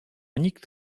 nikt